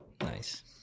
Nice